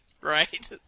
Right